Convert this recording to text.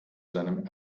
seinem